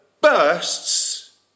bursts